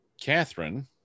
Catherine